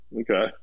Okay